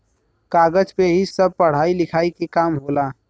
कागज पे ही सब पढ़ाई लिखाई के काम होला